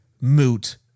moot